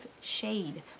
shade